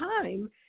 time